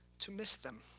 to miss them.